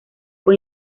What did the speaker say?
fue